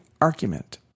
argument